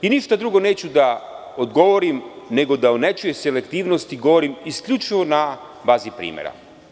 Ništa drugo neću da odgovorim, nego da o nečijoj selektivnosti govorim isključivo na bazi primera.